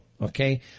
okay